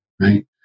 Right